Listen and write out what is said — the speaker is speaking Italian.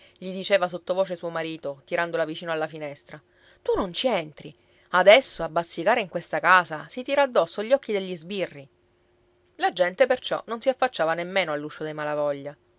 gli diceva sottovoce suo marito tirandola vicino alla finestra tu non ci entri adesso a bazzicare in questa casa si tira addosso gli occhi degli sbirri la gente perciò non si affacciava nemmeno all'uscio dei malavoglia